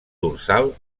dorsal